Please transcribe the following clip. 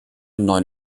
neuen